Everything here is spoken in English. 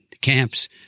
camps